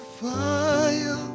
fire